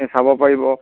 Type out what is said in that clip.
চাব পাৰিব